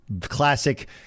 classic